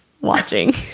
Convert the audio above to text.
watching